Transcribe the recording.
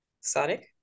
Sonic